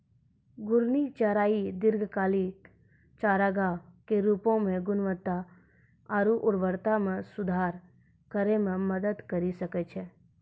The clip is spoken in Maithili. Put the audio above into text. घूर्णि चराई दीर्घकालिक चारागाह के रूपो म गुणवत्ता आरु उर्वरता म सुधार करै म मदद करि सकै छै